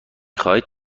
خواهید